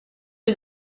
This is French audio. que